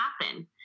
happen